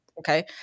okay